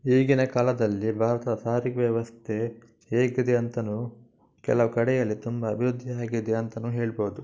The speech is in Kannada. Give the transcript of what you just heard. ಈಗಿನ ಕಾಲದಲ್ಲಿ ಭಾರತದ ಸಾರಿಗೆ ವ್ಯವಸ್ಥೆ ಹೇಗಿದೆ ಅಂತಾನೂ ಕೆಲವು ಕಡೆಯಲ್ಲಿ ತುಂಬ ಅಭಿವೃದ್ಧಿ ಆಗಿದೆ ಅಂತಾನೂ ಹೇಳ್ಬೌದು